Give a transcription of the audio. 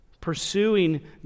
pursuing